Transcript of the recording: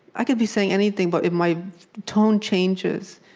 i could be saying anything, but if my tone changes,